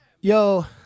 yo